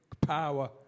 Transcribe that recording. power